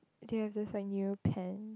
they have this like new pen